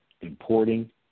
importing